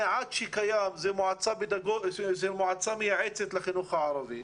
המעט שקיים זאת מועצה מייעצת לחינוך הערבי.